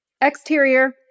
Exterior